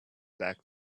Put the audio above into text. back